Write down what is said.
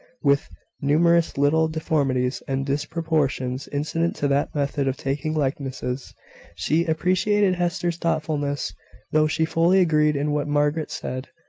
with numerous little deformities and disproportions incident to that method of taking likenesses she appreciated hester's thoughtfulness though she fully agreed in what margaret said,